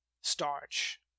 starch